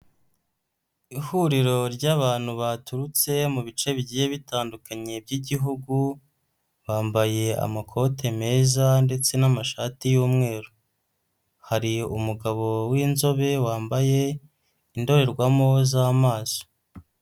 Ihuriro ry'abantu baturutse mu bice bigiye bitandukanye by'igihugu, bambaye amakote meza, ndetse n'amashati y'umweru. Hari umugabo w'inzobe, wambaye indorerwamo z'amaso.